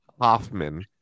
Hoffman